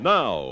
now